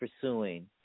pursuing